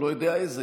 אני לא יודע איזה,